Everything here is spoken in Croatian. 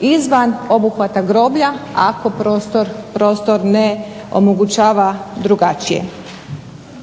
izvan obuhvata groblja ako prostor ne omogućava drugačije.